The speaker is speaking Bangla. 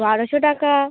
বারোশো টাকা